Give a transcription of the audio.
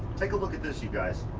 take a look at this you guys.